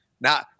Now